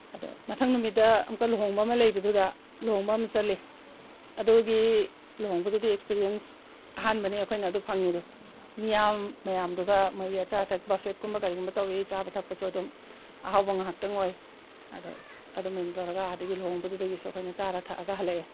ꯑꯗ ꯃꯊꯪ ꯅꯨꯃꯤꯠꯇ ꯑꯃꯨꯛꯀ ꯂꯨꯍꯣꯡꯕ ꯑꯃ ꯂꯩꯕꯗꯨꯗ ꯂꯣꯡꯕ ꯑꯃ ꯆꯠꯂꯤ ꯑꯗꯨꯒꯤ ꯂꯨꯍꯣꯡꯕꯗꯨꯗꯤ ꯑꯦꯛꯁꯄꯤꯔꯤꯌꯦꯟꯁ ꯑꯍꯥꯟꯕꯅꯤ ꯑꯩꯈꯣꯏꯅ ꯑꯗꯨ ꯐꯪꯉꯤꯗꯨ ꯃꯤꯌꯥꯝ ꯃꯌꯥꯝꯗꯨꯒ ꯃꯣꯏꯒꯤ ꯑꯆꯥ ꯑꯊꯛ ꯕꯐꯦꯠꯀꯨꯝꯕ ꯀꯔꯤꯒꯨꯝꯕ ꯇꯧꯏ ꯆꯥꯕ ꯊꯛꯄꯁꯨ ꯑꯗꯨꯝ ꯑꯍꯥꯎꯕ ꯉꯥꯛꯇ ꯑꯣꯏ ꯑꯗꯣ ꯑꯗꯨꯃꯥꯏꯅ ꯇꯧꯔꯒ ꯑꯥꯗꯒꯤ ꯂꯨꯍꯣꯡꯕꯗꯨꯗꯒꯤꯁꯨ ꯑꯩꯈꯣꯏꯅ ꯆꯥꯔ ꯊꯛꯑꯒ ꯍꯜꯂꯛꯑꯦ